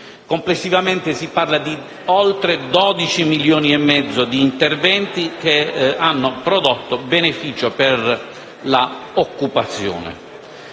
Complessivamente, si parla di oltre 12,5 milioni di euro di interventi che hanno prodotto beneficio per l'occupazione.